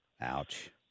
Ouch